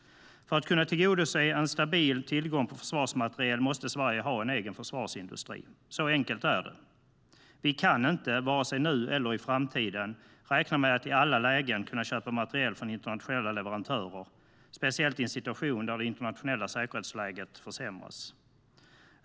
För att kunna tillgodose en stabil tillgång på försvarsmateriel måste Sverige ha en egen försvarsindustri. Så enkelt är det. Vi kan inte, vare sig nu eller i framtiden, räkna med att i alla lägen kunna köpa materiel från internationella leverantörer, speciellt i en situation där det internationella säkerhetsläget försämras.